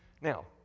now